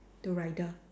the rider